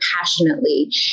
passionately